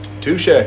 Touche